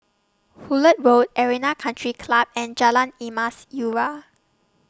Hullet Road Arena Country Club and Jalan Emas Urai